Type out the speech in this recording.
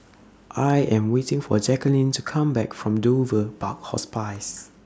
I Am waiting For Jackeline to Come Back from Dover Park Hospice